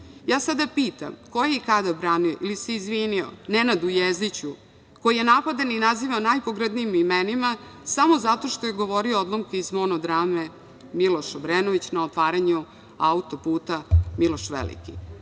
Sada pitam – ko je i kada branio ili se izvinio Nenadu Jezdiću koji je napadan i nazivan najpogrdnijim imenima samo zato što je govorio odlomke iz monodrame „Miloš Obrenović“ na otvaranju autoputa Miloš Veliki?